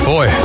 Boy